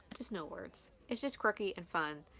but just no words. it's just quirky and fun.